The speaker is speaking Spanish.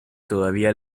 todavía